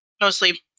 mostly